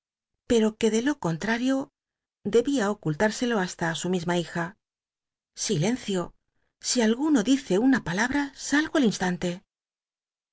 pero que de lo contrario dchia ocultürselo hasta i su mi ma hija silencio si alguno me dice una palahta salgo al instante